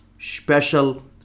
special